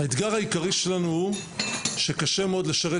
האתגר העיקרי שלנו הוא שקשה מאוד לשרת